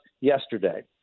Yesterday